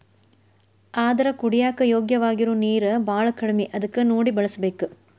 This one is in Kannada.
ಆದರ ಕುಡಿಯಾಕ ಯೋಗ್ಯವಾಗಿರು ನೇರ ಬಾಳ ಕಡಮಿ ಅದಕ ನೋಡಿ ಬಳಸಬೇಕ